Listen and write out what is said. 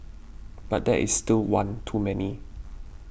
but that is still one too many